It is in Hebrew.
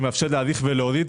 שמאפשר להאריך ולהוריד.